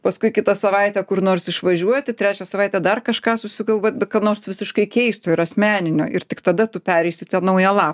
paskui kitą savaitę kur nors išvažiuoti trečią savaitę dar kažką susigalvot bet ką nors visiškai keisto ir asmeninio ir tik tada tu pereisi į tą naują lapą